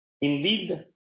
Indeed